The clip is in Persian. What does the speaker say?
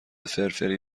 فرفری